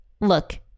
look